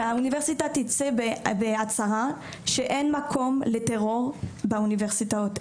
שהאוניברסיטה תצא בהצהרה שאין מקום לטרור באוניברסיטאות.